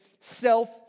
self